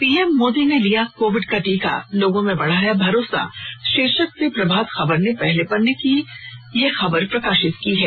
PM Modi ने लिया covid का टीका लोगों में बढ़ाया भरोसा शीर्षक से प्रभात खबर ने पहले पन्ने पर खबर प्रकाशित की है